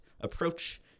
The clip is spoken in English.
approach